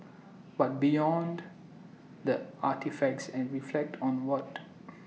but beyond the artefacts and reflect on what